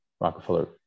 Rockefeller